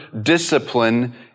discipline